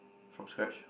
from scratch